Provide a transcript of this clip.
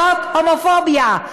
זאת הומופוביה,